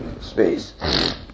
space